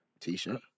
t-shirt